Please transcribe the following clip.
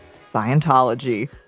Scientology